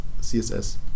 CSS